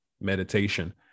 meditation